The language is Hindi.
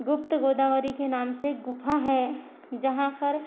गुप्त गोदावरी के नाम से एक गुफा है जहाँ पर